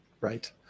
right